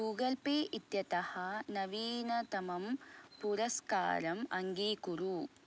Google Pay इत्यतः नवीनतमं पुरस्कारम् अङ्गीकुरु